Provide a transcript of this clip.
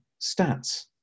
stats